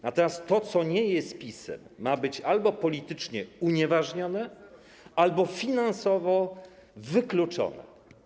Natomiast to, co nie jest PiS-em, ma być albo politycznie unieważnione, albo finansowo wykluczone.